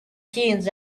teens